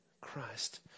Christ